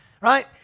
right